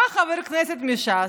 בא חבר כנסת מש"ס,